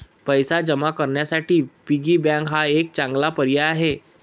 पैसे जमा करण्यासाठी पिगी बँक हा एक चांगला पर्याय आहे